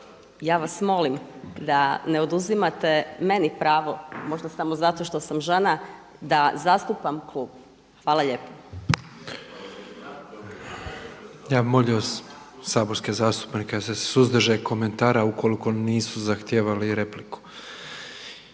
ja vas molim da ne oduzimate meni pravo možda samo zato što sam žena da zastupam klub. Hvala lijepo. **Petrov, Božo (MOST)** Ja bih molio saborske zastupnike da se suzdrže komentara ukoliko nisu zahtijevali repliku.